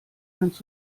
kannst